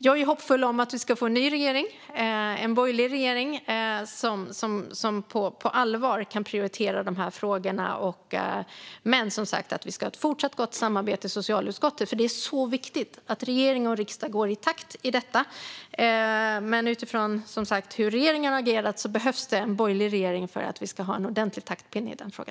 Jag är hoppfull om att vi ska få en ny regering, en borgerlig regering, som på allvar kan prioritera dessa frågor. Men vi ska ha ett fortsatt gott samarbete i socialutskottet, för det är viktigt att regering och riksdag går i takt när det gäller detta. Utifrån hur regeringen har agerat behövs det en borgerlig regering för att vi ska ha en ordentlig taktpinne i denna fråga.